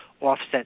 offset